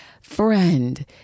Friend